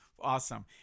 Awesome